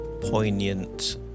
poignant